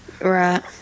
Right